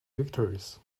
victories